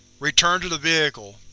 return to the vehicle.